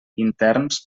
interns